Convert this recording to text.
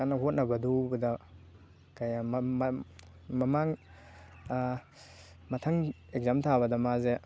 ꯀꯟꯅ ꯍꯣꯠꯅꯕꯗꯨꯗ ꯃꯃꯥꯡ ꯃꯊꯪ ꯑꯦꯛꯖꯥꯝ ꯊꯥꯕꯗ ꯃꯥꯁꯦ